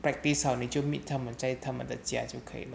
practice 好你就 meet 他们在他们的家就可以